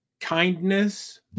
kindness